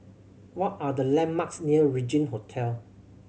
what are the landmarks near Regin Hotel